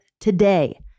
today